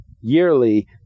yearly